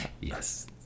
yes